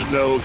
no